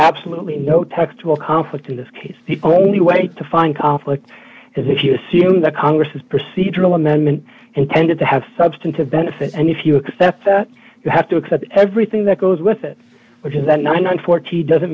absolutely no textual conflict in this case the only way to find conflict is if you assume that congress has procedural amendment intended to have substantive benefit and if you accept that you have to accept everything that goes with it which is that nine hundred and forty doesn't